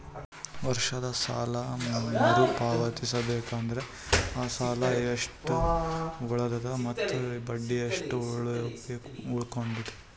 ವರ್ಷದ ಸಾಲಾ ಮರು ಪಾವತಿಸಬೇಕಾದರ ಅಸಲ ಎಷ್ಟ ಉಳದದ ಮತ್ತ ಬಡ್ಡಿ ಎಷ್ಟ ಉಳಕೊಂಡದ?